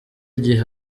igihe